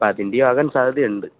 അപ്പോഴതിൻ്റെയാകാൻ സാധ്യതയുണ്ട്